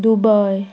Dubai